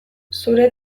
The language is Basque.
zure